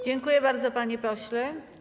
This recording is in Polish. Dziękuję bardzo, panie pośle.